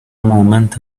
moment